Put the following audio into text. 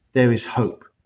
there is hope.